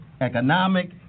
economic